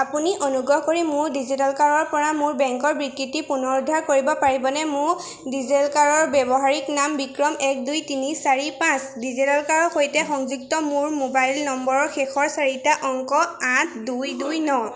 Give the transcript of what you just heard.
আপুনি অনুগ্ৰহ কৰি মোৰ ডিজিটেলকাৰৰ পৰা মোৰ বেংকৰ বিকৃতি পুনৰুদ্ধাৰ কৰিব পাৰিবনে মোৰ ডিজিলকাৰৰ ব্যৱহাৰিক নাম বিক্ৰম এক দুই তিনি চাৰি পাঁচ ডিজিটেলকাৰৰ সৈতে সংযুক্ত মোৰ মোবাইল নম্বৰৰ শেষৰ চাৰিটা অংক আঠ দুই দুই ন